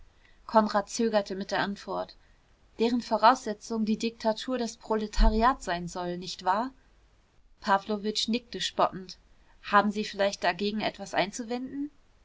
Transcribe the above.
konrad zögerte mit der antwort deren voraussetzung die diktatur des proletariats sein soll nicht wahr pawlowitsch nickte spottend haben sie vielleicht dagegen etwas einzuwenden